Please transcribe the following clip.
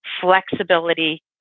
flexibility